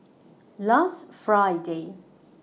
last Friday